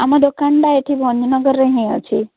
ଆମ ଦୋକାନଟା ଏଇଠି ଭଞ୍ଜନଗରରେ ହିଁ ଅଛି